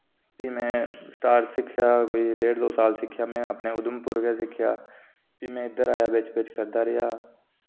फ्ही मैं स्टार्ट च सिक्खेआ कोई डेढ़ दो साल सिक्खेआ मैं अपने उधमपुर गै सिक्खेआ फ्ही में इद्धर आया बिच बिच करदा रेहा